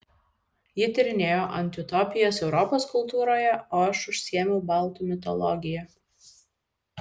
ji tyrinėjo antiutopijas europos kultūroje o aš užsiėmiau baltų mitologija